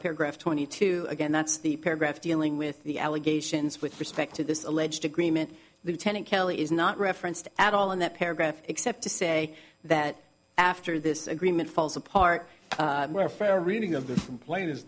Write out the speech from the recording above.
paragraph twenty two again that's the paragraph dealing with the allegations with respect to this alleged agreement lieutenant calley is not referenced at all in that paragraph except to say that after this agreement falls apart where a fair reading of the plane is